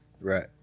Right